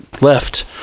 left